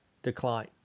decline